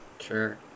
Sure